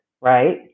right